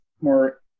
more